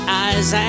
eyes